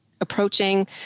approaching